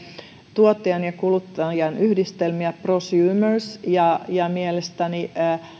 tuottajan ja kuluttajan yhdistelmiä prosumers ja ja mielestäni